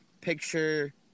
picture